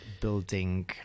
building